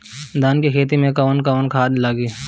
धान के खेती में कवन कवन खाद लागी?